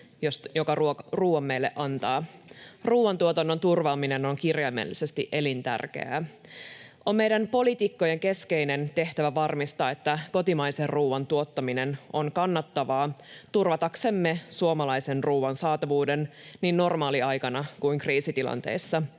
joka ruuan meille antaa. Ruuantuotannon turvaaminen on kirjaimellisesti elintärkeää. On meidän poliitikkojen keskeinen tehtävä varmistaa, että kotimaisen ruuan tuottaminen on kannattavaa turvataksemme suomalaisen ruuan saatavuuden niin normaaliaikana kuin kriisitilanteissa.